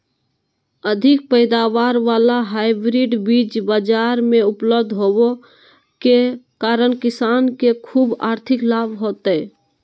अधिक पैदावार वाला हाइब्रिड बीज बाजार मे उपलब्ध होबे के कारण किसान के ख़ूब आर्थिक लाभ होतय